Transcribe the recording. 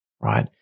right